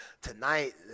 tonight